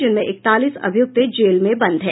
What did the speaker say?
जिनमें इकतालीस अभियुक्त जेल में बंद हैं